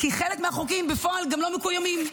כי חלק מהחוקים בפועל גם לא מתקיימים,